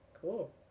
Cool